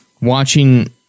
watching